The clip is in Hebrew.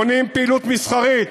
בונים פעילות מסחרית.